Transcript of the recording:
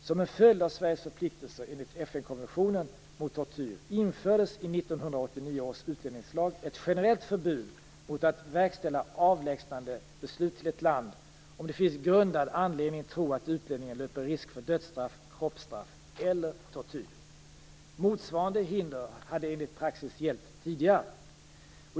Som en följd av Sveriges förpliktelser enligt FN-konventionen mot tortyr infördes i 1989 års utlänningslag ett generellt förbud mot att verkställa avlägsnandebeslut till ett land, om det finns grundad anledning tro att utlänningen löper risk för dödsstraff, kroppsstraff eller tortyr. Motsvarande hinder hade enligt praxis gällt tidigare.